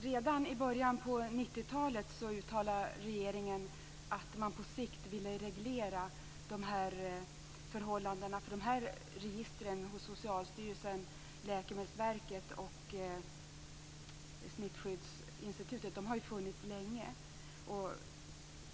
Redan i början av 90-talet uttalade regeringen att den på sikt ville reglera förhållandena. De här registren hos Socialstyrelsen, Läkemedelsverket och Smittskyddsinstitutet har ju funnits länge.